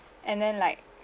and then like